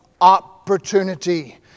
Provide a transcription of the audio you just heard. opportunity